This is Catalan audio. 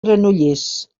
granollers